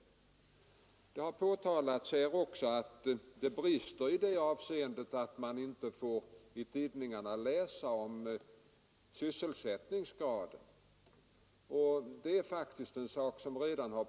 Vidare har det framhållits att det är en brist att vi i tidningarna inte får reda på sysselsättningsgraden. Den saken har också uppmärksammats.